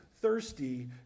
thirsty